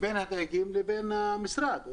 בין הדייגים לבין המשרדים.